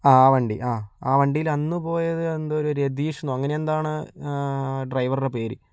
ആ വണ്ടി ആ ആ വണ്ടിയിലന്ന് പോയത് എന്തോ ഒരു രതീഷ് എന്നോ അങ്ങനെ എന്തോ ആണ് ഡ്രൈവറുടെ പേര്